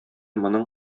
моның